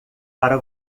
para